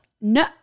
No